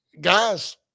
Guys